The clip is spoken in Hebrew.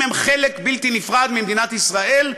אם הם חלק בלתי נפרד ממדינת ישראל,